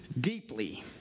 deeply